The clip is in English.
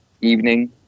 evening